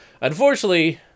Unfortunately